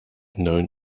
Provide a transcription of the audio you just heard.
known